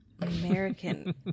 American